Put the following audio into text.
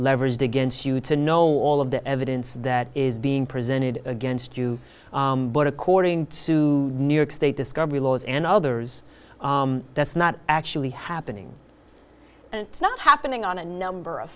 leveraged against you to know all of the evidence that is being presented against you but according to new york state discovery lawyers and others that's not actually happening and it's not happening on a number of